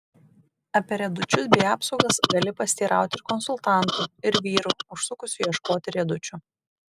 apie riedučius bei apsaugas gali pasiteirauti ir konsultanto ir vyrų užsukusių ieškoti riedučių